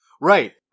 right